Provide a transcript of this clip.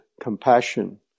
compassion